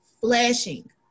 flashing